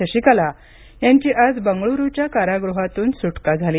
शशिकला यांची आज बंगळूरच्या कारागृहातून सुटका झाली